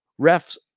refs